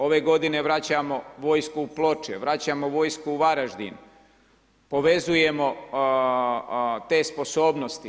Ove godine vraćamo vojsku u Ploče, vraćamo vojsku u Varaždin, povezujemo te sposobnosti.